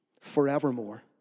forevermore